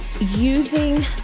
using